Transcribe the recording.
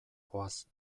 goaz